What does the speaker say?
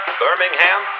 birmingham